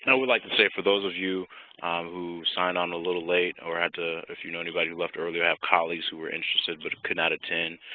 would like to say, for those of you who signed on a little late or had to if you know anybody who left early i have colleagues who were interested, but could not attend.